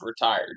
retired